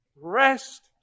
Rest